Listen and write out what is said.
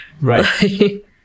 Right